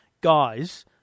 guys